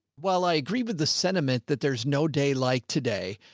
well, i agree with the sentiment that there's no day like today.